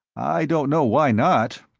i don't know why not.